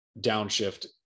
downshift